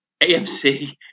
AMC